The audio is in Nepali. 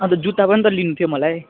अन्त जुत्ता पनि त लिनु थियो मलाई